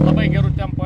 labai geru tempu ė